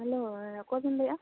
hello ᱦᱮᱸ ᱚᱠᱚᱭ ᱵᱤᱱ ᱞᱟᱹᱭᱮᱜᱼᱟ